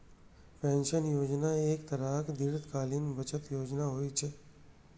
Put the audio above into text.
pension योजना एक तरहक दीर्घकालीन बचत योजना होइ छै